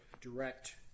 direct